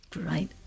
Right